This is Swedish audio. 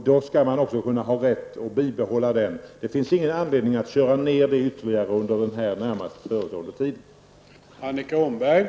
Då skall man också kunna ha rätt att bibehålla den produktionen. Det finns ingen anledning att köra ned det under den närmast förestående tiden.